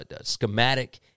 schematic